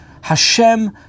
Hashem